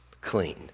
clean